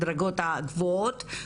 הדרגות הגבוהות,